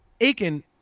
Aiken